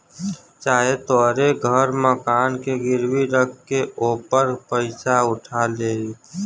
चाहे तोहरे घर मकान के गिरवी रख के ओपर पइसा उठा लेई